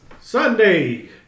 Sunday